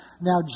now